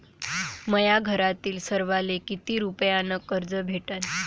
माह्या घरातील सर्वाले किती रुप्यान कर्ज भेटन?